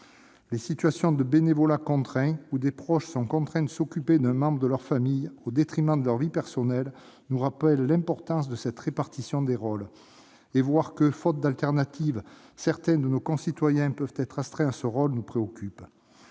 Les situations de « bénévolat contraint », où des proches sont contraints de s'occuper d'un membre de leur famille, au détriment de leur vie personnelle, nous rappellent l'importance de cette répartition des rôles. Voir que, faute d'alternative, certains de nos concitoyens peuvent être astreints à ce rôle nous préoccupe.